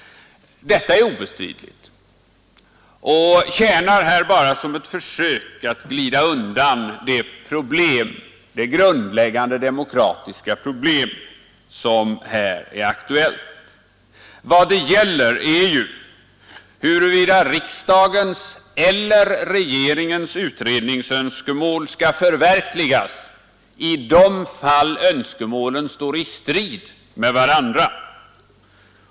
Detta är obestridligt och tjänar bara som ett försök att glida undan det grundläggande demokratiska problem som här är aktuellt. Vad det gäller är huruvida riksdagens eller regeringens utredningsönskemål skall förverkligas i de fall önskemålen står i strid med varandra.